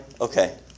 Okay